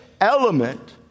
element